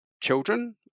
children